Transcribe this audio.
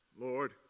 Lord